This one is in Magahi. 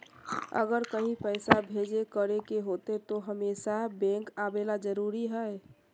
अगर कहीं पैसा भेजे करे के होते है तो हमेशा बैंक आबेले जरूरी है?